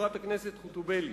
חברת הכנסת חוטובלי.